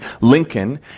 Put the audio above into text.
Lincoln